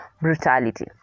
brutality